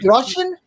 Russian